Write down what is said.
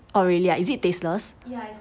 oh really ah is it tasteless